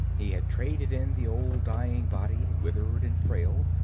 he had traded in the old dying body, withered and frail,